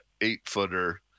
eight-footer